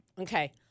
Okay